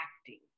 acting